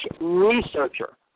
researcher